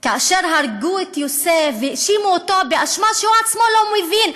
כאשר הרגו את יוסף והאשימו אותו באשמה שהוא עצמו לא מבין.